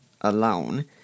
alone